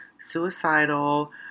suicidal